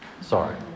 Sorry